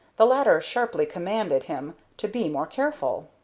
the latter sharply commanded him to be more careful.